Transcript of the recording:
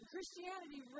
Christianity